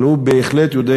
אבל הוא בהחלט יודע,